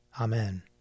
Amen